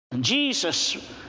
Jesus